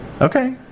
Okay